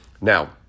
Now